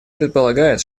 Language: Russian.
предполагает